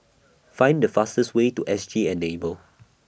Find The fastest Way to S G Enable